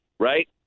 Right